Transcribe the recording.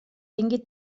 tingui